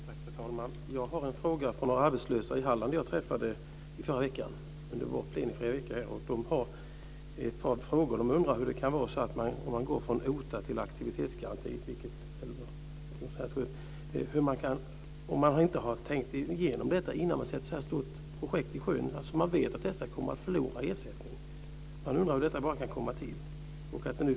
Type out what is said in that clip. Fru talman! Jag har ett par frågor från några arbetslösa från Halland, som jag träffade under förra veckan, som var plenifri för oss. De undrade över hur det blir för dem som går över från OTA till aktivitetsgaranti, vilket nyss togs upp av Elver Jonsson. Har man inte tänkt igenom detta innan man sätter ett så här stort projekt i sjön? Dessa personer kommer att förlora ersättning. Hur har det kunnat bli så?